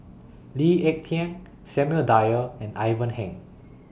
Lee Ek Tieng Samuel Dyer and Ivan Heng